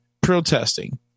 protesting